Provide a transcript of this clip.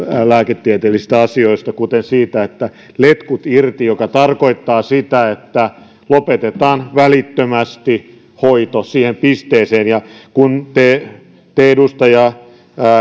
lääketieteellisistä asioista kuten siitä että letkut irti tarkoittaa sitä että lopetetaan hoito välittömästi siihen pisteeseen kun te te edustaja